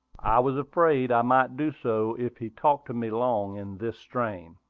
i was afraid i might do so if he talked to me long in this strain.